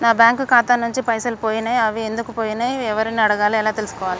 నా బ్యాంకు ఖాతా నుంచి పైసలు పోయినయ్ అవి ఎందుకు పోయినయ్ ఎవరిని అడగాలి ఎలా తెలుసుకోవాలి?